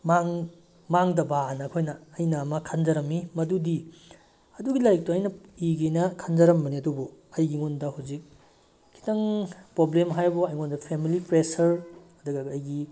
ꯃꯥꯡꯗꯕ ꯍꯥꯏꯅ ꯑꯩꯈꯣꯏꯅ ꯑꯩꯅ ꯑꯃ ꯈꯟꯖꯔꯝꯃꯤ ꯃꯗꯨꯗꯤ ꯑꯗꯨꯒꯤ ꯂꯥꯏꯔꯤꯛꯇꯣ ꯑꯩꯅ ꯏꯒꯦꯅ ꯈꯟꯖꯔꯝꯕꯅꯤ ꯑꯗꯨꯕꯨ ꯑꯩꯉꯣꯟꯗ ꯍꯩꯖꯤꯛ ꯈꯤꯇꯪ ꯄ꯭ꯔꯣꯕ꯭ꯂꯦꯝ ꯍꯥꯏꯕꯕꯨ ꯑꯩꯉꯣꯟꯗ ꯐꯦꯃꯤꯂꯤ ꯄ꯭ꯔꯦꯁꯔ ꯑꯗꯨꯒ ꯑꯩꯒꯤ